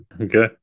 okay